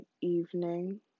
evening